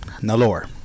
Nalor